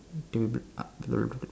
to be